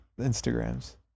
Instagrams